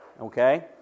Okay